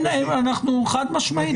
חד משמעית,